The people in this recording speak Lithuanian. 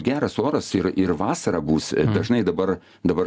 geras oras ir ir vasarą būs dažnai dabar dabar